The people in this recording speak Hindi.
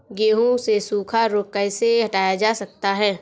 गेहूँ से सूखा रोग कैसे हटाया जा सकता है?